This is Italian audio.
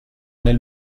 nel